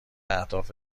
اهداف